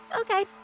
Okay